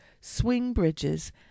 swing-bridges